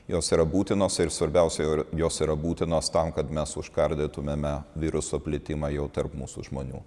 jos yra būtinos ir svarbiausia ir jos yra būtinos tam kad mes užkardytumėme viruso plitimą jau tarp mūsų žmonių